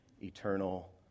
eternal